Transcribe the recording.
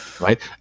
right